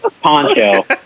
Poncho